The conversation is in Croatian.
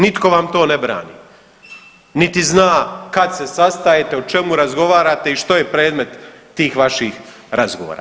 Nitko vam to ne brani niti zna kad se sastajete, o čemu razgovarate i što je predmet tih vaših razgovora.